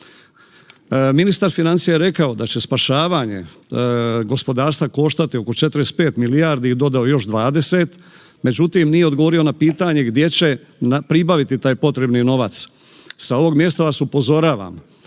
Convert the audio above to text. Ministar financija je rekao da će spašavanje gospodarstva koštati oko 45 milijardi i dodao još 20. Međutim, nije odgovorio na pitanje gdje će pribaviti taj potrebni novac. Sa ovog mjesta vas upozoravam,